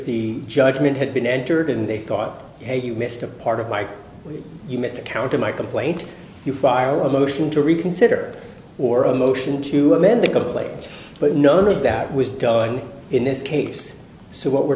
the judgment had been entered and they thought hey you missed a part of like you mr counter my complaint you file a motion to reconsider or a motion to amend the complaint but none of that was done in this case so what we're